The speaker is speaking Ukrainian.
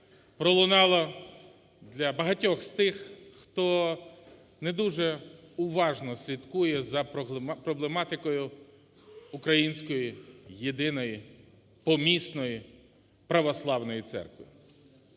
пролунало для багатьох з тих, хто не дуже уважно слідкує за проблематикою Української Єдиної Помісної Православної Церкви.